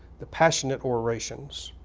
the passionate orations,